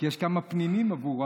כי יש כמה פנינים עבורו,